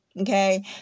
okay